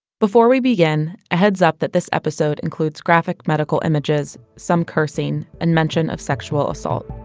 before we begin, a heads up that this episode includes graphic medical images, some cursing and mention of sexual assault